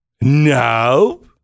no